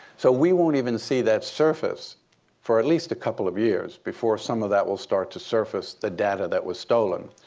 so we won't even see that surface for at least a couple of years before some of that will start to surface, the data that was stolen.